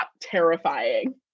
terrifying